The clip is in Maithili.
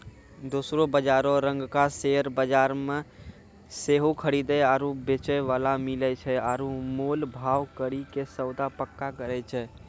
दोसरो बजारो रंगका शेयर बजार मे सेहो खरीदे आरु बेचै बाला मिलै छै आरु मोल भाव करि के सौदा पक्का करै छै